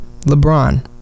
LeBron